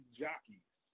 jockeys